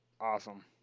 Awesome